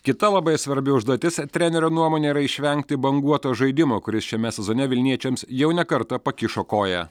kita labai svarbi užduotis trenerio nuomone yra išvengti banguoto žaidimo kuris šiame sezone vilniečiams jau ne kartą pakišo koją